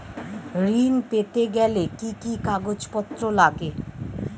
ঋণ পেতে গেলে কি কি কাগজপত্র লাগে?